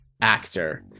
actor